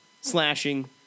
slashing